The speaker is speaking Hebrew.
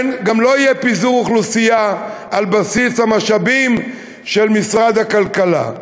גם לא יהיה פיזור אוכלוסייה על בסיס המשאבים של משרד הכלכלה.